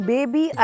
Baby